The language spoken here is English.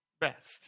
best